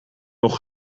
nog